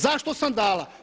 Zašto sam dala?